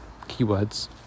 keywords